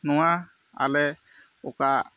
ᱱᱚᱣᱟ ᱟᱞᱮ ᱚᱠᱟ